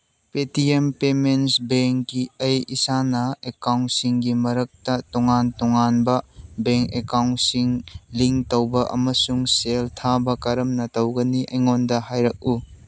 Paytm payments ꯕꯦꯡꯒꯤ ꯑꯩ ꯏꯁꯥꯅ ꯑꯦꯀꯥꯎꯟꯁꯤꯡꯒꯤ ꯃꯔꯛꯇ ꯇꯣꯉꯥꯟ ꯇꯣꯉꯥꯟꯕ ꯕꯦꯡ ꯑꯦꯀꯥꯎꯟꯁꯤꯡ ꯂꯤꯡ ꯇꯧꯕ ꯑꯃꯁꯨꯡ ꯁꯦꯜ ꯊꯥꯕ ꯀꯔꯝꯅ ꯇꯧꯒꯅꯤ ꯑꯩꯉꯣꯟꯗ ꯍꯥꯏꯔꯛꯎ